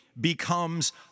becomes